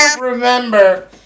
remember